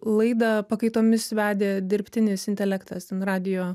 laidą pakaitomis vedė dirbtinis intelektas ten radijo